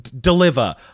deliver